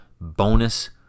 bonus